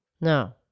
no